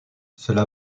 cela